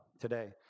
today